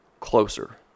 closer